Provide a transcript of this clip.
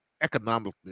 economically